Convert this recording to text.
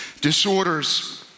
disorders